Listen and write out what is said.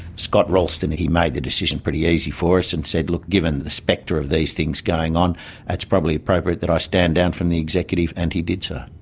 scott roulstone, he made the decision pretty easy for us and said, look, given the spectre of these things going on it's probably appropriate that i stand down from the executive and he did so.